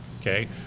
okay